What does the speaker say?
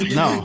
no